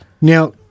Now